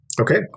Okay